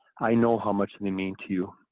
i know how much they mean to you.